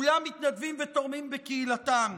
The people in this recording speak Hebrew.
כולם מתנדבים ותורמים בקהילתם.